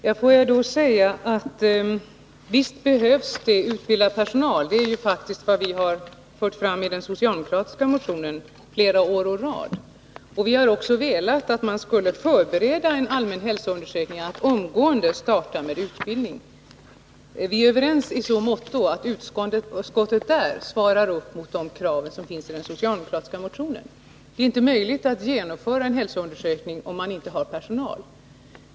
Herr talman! Visst behövs det utbildad personal. Det är faktiskt vad vi fört fram i de socialdemokratiska motionerna flera år i rad. Vi har också velat att man skulle förbereda en allmän hälsoundersökning genom att omgående starta utbildningen. Vi är överens i så måtto att utskottet därvidlag svarar upp mot de krav som finns i den socialdemokratiska motionen. Det är inte möjligt att genomföra en hälsoundersökning, om man inte har personal.